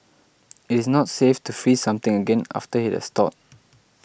it is not safe to freeze something again after it has thawed